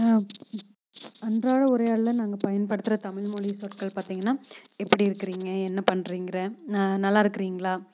அன்றாட உரையாடலில் நாங்கள் பயன்படுத்துகிற தமிழ்மொழி சொற்கள் பார்த்திங்கனா எப்படி இருக்குறீங்க என்ன பண்ணுறீங்குற நல்லா இருக்குறீங்களா